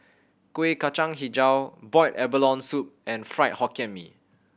Kuih Kacang Hijau boiled abalone soup and Fried Hokkien Mee